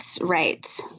right